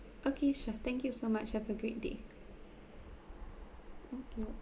okay sure thank you so much have a great day thank you